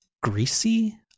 greasy